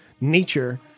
Nature